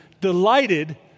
delighted